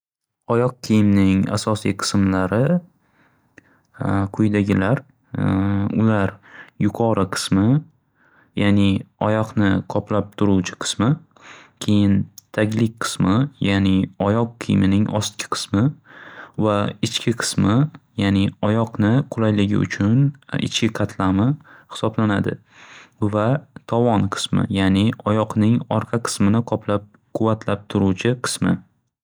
Oyoq kiyimning asosiy qislari quyidagilar ular yuqori qismi ya'ni oyoqni qoplab turuvchi qismi keyin taglik qismi ya'ni oyoq kiyimning ostki qismi va ichki qismi ya'ni oyoqni qulayligi uchun ichki qatlami xisoblanadi va tovon qismi ya'ni oyoqning orqa qismini qoplab quvvatlab turuvchi qismi.